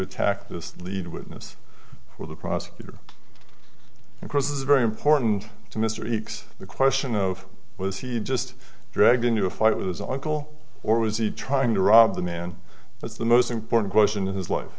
attack this lead witness for the prosecutor and cross is very important to mr x the question of was he just dragged into a fight with his uncle or was he trying to rob the man as the most important question of his life